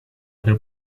who